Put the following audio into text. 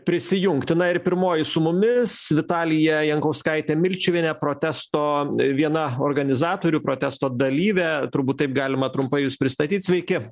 prisijungti na ir pirmoji su mumis vitalija jankauskaitė milčiuvienė protesto viena organizatorių protesto dalyvė turbūt taip galima trumpai jus pristatyt sveiki